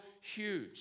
huge